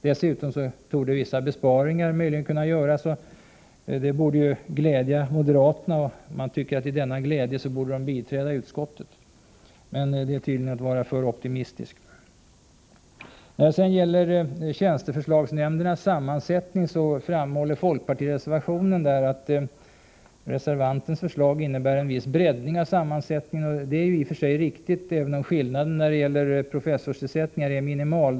Dessutom torde vissa besparingar möjligen kunna göras, vilket borde glädja moderaterna. I denna glädje borde de kunna biträda utskottet, men det är tydligen att vara för optimistisk. När det gäller tjänsteförslagsnämndernas sammansättning framhålls i folkpartireservationen 11 att reservantens förslag innebär en viss breddning av sammansättningen. Det är i och för sig riktigt, även om skillnaden i fråga om professorstillsättningar är minimal.